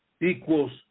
equals